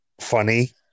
funny